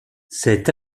cet